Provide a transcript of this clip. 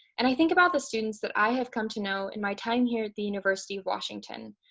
and i think about the students that i have come to know in my time here at the university of washington,